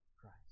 Christ